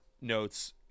notes